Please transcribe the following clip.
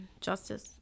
Justice